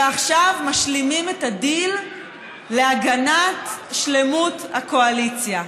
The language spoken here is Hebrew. ועכשיו משלימים את הדיל להגנת שלמות הקואליציה.